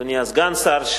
אדוני סגן השר,